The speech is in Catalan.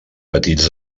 petits